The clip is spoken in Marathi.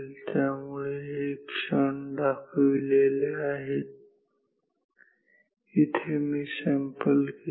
त्यामुळे हे क्षण दाखविलेले आहेत जिथे मी सॅम्पल घेईल